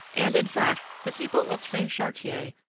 and, in fact, the people of saint-chartier,